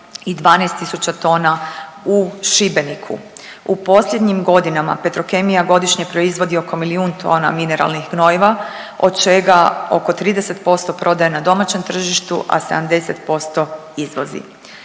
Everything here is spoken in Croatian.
i 12 tisuća tona u Šibeniku. U posljednjim godinama, Petrokemija godišnje proizvodi oko milijun tona mineralnih gnojiva, od čega oko 30% prodaje na domaćem tržištu, a 70% izvozi.